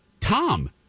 Tom